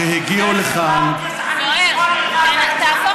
שהגיעו לכאן, כנסת רב-גזענית,